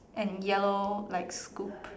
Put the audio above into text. and yellow like scoop